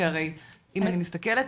כי הרי אם אני מסתכלת,